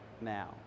now